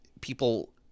people